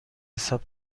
حساب